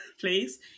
please